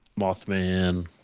mothman